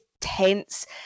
tense